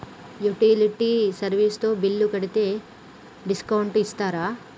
Utility service తో bill కడితే discount ఇస్తరా?